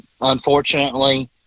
unfortunately